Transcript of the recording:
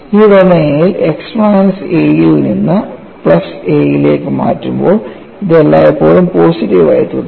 ഈ ഡൊമെയ്നിൽ X minus a യിൽ നിന്ന് പ്ലസ് aയിലേക്ക് മാറുമ്പോൾ ഇത് എല്ലായ്പ്പോഴും പോസിറ്റീവ് ആയി തുടരും